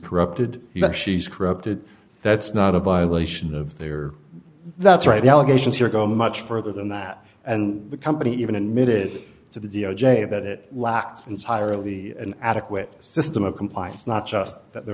corrupted but she's corrupted that's not a violation of their that's right allegations here go much further than that and the company even admitted to the d o j about it lacked entirely an adequate system of compliance not just that there